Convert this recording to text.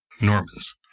Normans